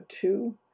two